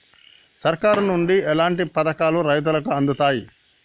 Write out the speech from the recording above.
సర్కారు నుండి ఎట్లాంటి పథకాలు రైతులకి అందుతయ్?